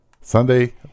Sunday